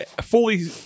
fully